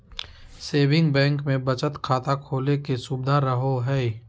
saving bank मे बचत खाता खोले के सुविधा रहो हय